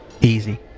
easy